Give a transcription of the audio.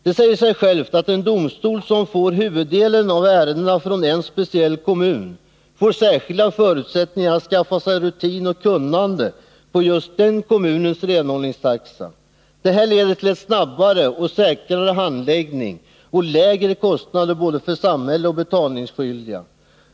Det säger sig självt att den domstol som får huvuddelen av ärendena från en speciell kommun får särskilda förutsättningar att skaffa sig rutin och kunnande på just denna kommuns renhållningstaxa. Detta leder till en snabbare och säkrare handläggning och lägre kostnader både för samhälle och för betalningsskyldiga.